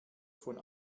von